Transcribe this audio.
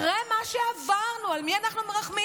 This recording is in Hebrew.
אחרי מה שעברנו, על מי אנחנו מרחמים?